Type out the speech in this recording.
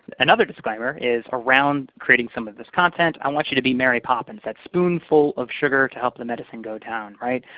another disclaimer is around creating some of this content. i want you to be mary poppins, that spoon full of sugar to help the medicine go down. right?